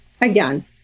again